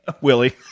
Willie